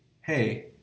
hey